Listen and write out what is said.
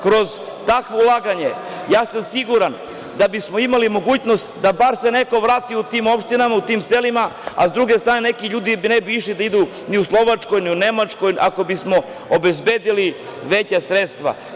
Kroz takva ulaganja ja sam siguran da bi smo imali mogućnost da se bar neko vrati u tim opštinama, u tim selima, a sa druge strane neki ljudi ne bi išli ni u Slovačku, ni u Nemačku, ako bismo obezbedili veća sredstva.